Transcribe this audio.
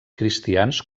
cristians